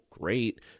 great